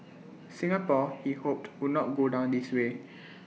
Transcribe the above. Singapore he hoped would not go down this way